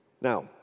Now